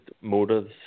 motives